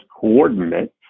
coordinates